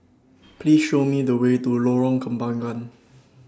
Please Show Me The Way to Lorong Kembagan